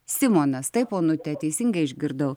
simonas taip onute teisingai išgirdau